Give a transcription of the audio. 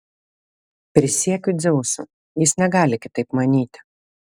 prisiekiu dzeusu jis negali kitaip manyti